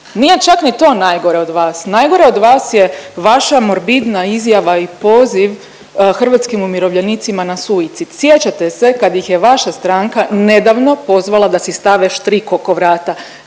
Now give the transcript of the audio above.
nije čak ni to najgore od vas, najgore od vas je vaša morbidna izjava i poziv hrvatskim umirovljenicima na suicid. Sjećate se kad ih je vaša stranka nedavno pozvala da si stave štrik oko vrata,